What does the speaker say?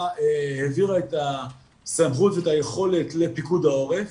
העבירה את הסמכות ואת היכולת לפיקוד העורף